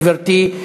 גברתי,